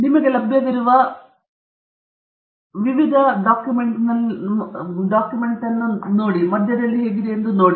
ಮತ್ತು ನಿಮಗೆ ಲಭ್ಯವಿರುವ ವಿವಿಧ ಆಯ್ಕೆಗಳಿವೆ ನೀವು ಡಾಕ್ಯುಮೆಂಟ್ ಮಧ್ಯದಲ್ಲಿ ಹೇಗೆ ಹೋಗಬಹುದು